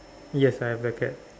yes I have black cat